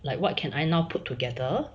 like what can I now put together